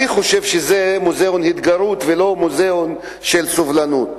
אני חושב שזה מוזיאון התגרות ולא מוזיאון של סובלנות.